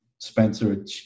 Spencer